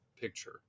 picture